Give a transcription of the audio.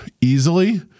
easily